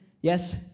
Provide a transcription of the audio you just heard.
Yes